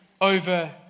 over